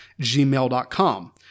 gmail.com